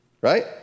right